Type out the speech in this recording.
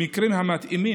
במקרים המתאימים,